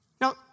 Now